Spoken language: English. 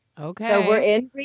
Okay